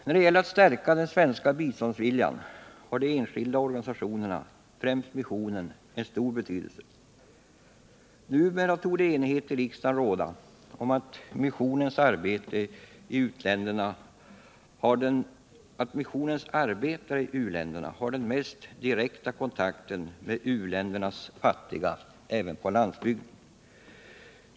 När det gäller att stärka den svenska biståndsviljan har de enskilda organisationerna, främst missionen, en stor betydelse. Numera torde enighet i riksdagen råda om att missionens arbetare i u-länderna har den mest direkta kontakten med u-ländernas fattiga även på landsbygden.